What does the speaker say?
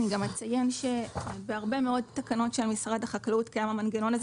אני גם אציין שבהרבה מאוד תקנות של משרד החקלאות קיים המנגנון הזה